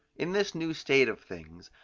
in this new state of things,